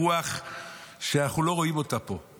ברוח שאנחנו לא רואים אותה פה,